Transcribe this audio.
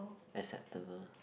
acceptable